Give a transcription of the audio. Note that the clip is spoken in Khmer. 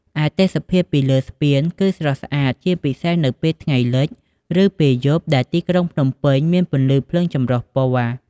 ឯទេសភាពពីលើស្ពានគឺស្រស់ស្អាត ជាពិសេសនៅពេលថ្ងៃលិច ឬពេលយប់ដែលទីក្រុងភ្នំពេញមានពន្លឺភ្លើងចម្រុះពណ៌។